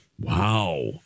Wow